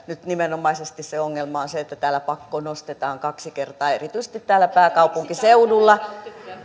nyt nimenomaisesti se ongelma on on se että täällä pakkonostetaan kaksi kertaa ja erityisesti täällä pääkaupunkiseudulla